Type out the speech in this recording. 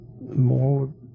more